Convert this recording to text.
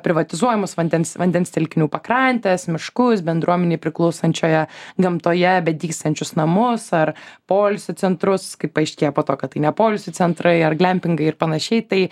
privatizuojamus vandens vandens telkinių pakrantes miškus bendruomenei priklausančioje gamtoje bedygstančius namus ar poilsio centrus kaip paaiškėja po to kad tai ne poilsio centrai ar glempingai ir panašiai tai